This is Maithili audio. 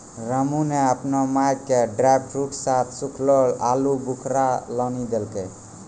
रामू नॅ आपनो माय के ड्रायफ्रूट साथं सूखलो आलूबुखारा लानी क देलकै